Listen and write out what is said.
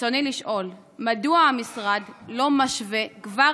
רצוני לשאול: מדוע המשרד לא משווה כבר